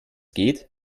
geht